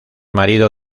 marido